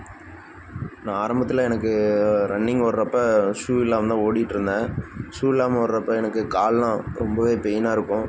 நான் ஆரம்பத்தில் எனக்கு ரன்னிங் ஓடுறப்ப ஷூ இல்லாமல் தான் ஓடிகிட்டு இருந்தேன் ஷூ இல்லாமல் ஓடுறப்ப எனக்கு காலெல்லாம் ரொம்பவே பெயினாக இருக்கும்